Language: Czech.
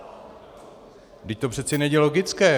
Vždyť to přece není logické.